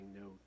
no